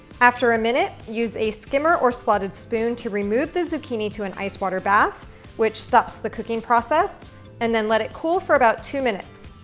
after a minute. use a skimmer or slotted spoon to remove the zucchini an ice water bath which stops the cooking process and then let it cool for about two minutes.